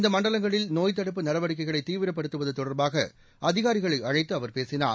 இந்த மண்டலங்களில் நோய் தடுப்பு நடவடிக்கைகளை தீவிரப்படுத்துவது தொடர்பாக அதிகாரிகளை அழைத்து அவர் பேசினார்